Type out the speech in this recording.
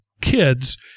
kids